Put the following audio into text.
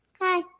Hi